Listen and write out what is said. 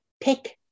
pick